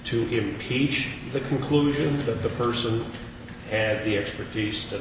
to peach the conclusion that the person and the expertise t